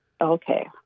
Okay